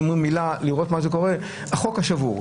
אומרים מילה לראות מה קורה - החוק הוא שבור.